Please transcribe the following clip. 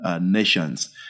nations